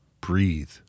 Breathe